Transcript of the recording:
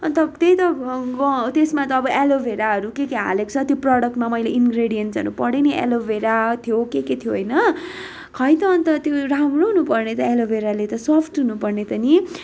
अन्त त्यही त त्यसमा त अब एलोभेराहरू के के हालेको छ त्यो प्रडक्डमा मैले इनग्रेडियन्सहरू पढेँ नि एलोभेरा थियो के के थियो होइन खै त अन्त त्यो राम्रो हुनुपर्ने त एलोभेराले त सफ्ट हुनुपर्ने त नि